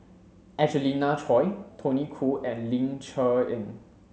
Angelina Choy Tony Khoo and Ling Cher Eng